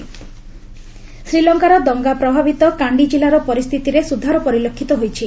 Sri Lanka situation ଶ୍ରୀଲଙ୍କାର ଦଙ୍ଗା ପ୍ରଭାବିତ କାଣ୍ଡି କିଲ୍ଲାର ପରିସ୍ଥିତିରେ ସୁଧାର ପରିଲକ୍ଷିତ ହୋଇଛି